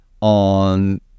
on